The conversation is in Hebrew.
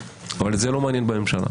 אבל זה לא מעניין את הממשלה.